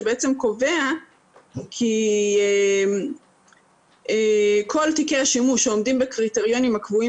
שבעצם קובע כי כל תיקי השימוש שעומדים בקריטריונים הקבועים